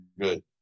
good